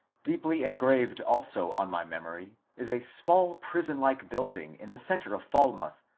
deeply engraved also on my memory is a small, prison-like building in the centre of falmouth,